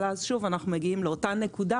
אבל אז אנחנו מגיעים שוב לאותה נקודה